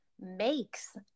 makes